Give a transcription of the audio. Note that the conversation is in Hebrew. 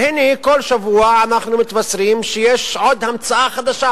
והנה, כל שבוע אנחנו מתבשרים שיש עוד המצאה חדשה,